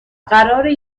قراره